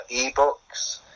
ebooks